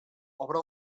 obre